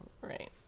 Right